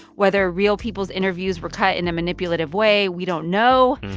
whether real people's interviews were cut in a manipulative way. we don't know.